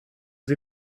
sie